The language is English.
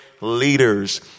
leaders